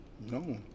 No